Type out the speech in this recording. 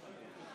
23 חברי כנסת,